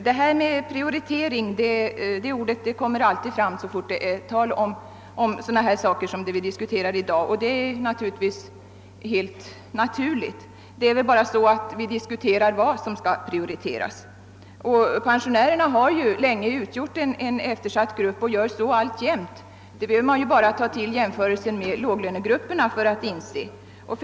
Herr talman! Ordet »prioritering» kommer alltid till användning så snart sådana frågor som de vi i dag diskuterar tas upp, och det är helt naturligt. Vad vi har olika uppfattning om är väl bara vad som skall prioriteras. Pensionärerna har ju länge utgjort en eftersatt grupp och är det alltjämt. Man behöver bara göra en jämförelse med låglönegrupperna för att detta skall stå klart.